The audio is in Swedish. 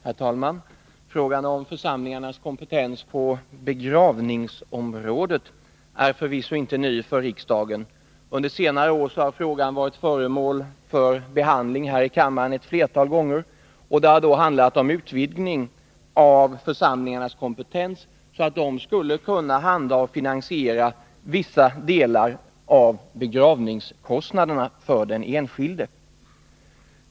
Herr talman! Frågan om församlingarnas kompetens på begravningsområdet är förvisso inte ny för riksdagen. Under senare år har frågan varit föremål för behandling här i kammaren ett flertal gånger, och det har då handlat om en utvidgning av församlingarnas kompetens, så att de skulle kunna handha och finansiera vissa delar av begravningskostnaderna för den enskilde.